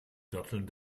datteln